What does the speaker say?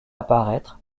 apparaître